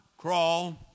Crawl